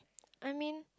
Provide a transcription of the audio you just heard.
I mean